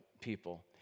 people